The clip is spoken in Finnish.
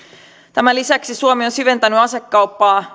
tämän lisäksi suomi on syventänyt asekauppaa